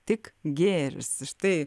tik gėris štai